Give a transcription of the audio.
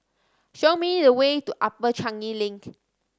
show me the way to Upper Changi Link